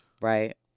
right